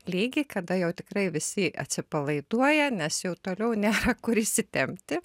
lygį kada jau tikrai visi atsipalaiduoja nes jau toliau nėra kur išsitempti